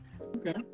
Okay